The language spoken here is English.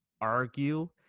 argue